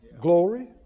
glory